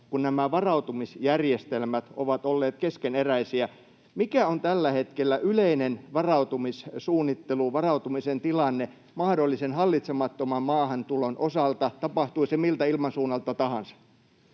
kun nämä varautumisjärjestelmät ovat olleet keskeneräisiä: mikä on tällä hetkellä yleinen varautumissuunnittelu, varautumisen tilanne, mahdollisen hallitsemattoman maahantulon osalta, tapahtui se miltä ilmansuunnalta tahansa?